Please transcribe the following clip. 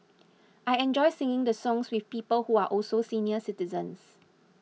I enjoy singing the songs with people who are also senior citizens